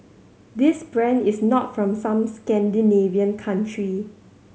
this brand is not from some Scandinavian country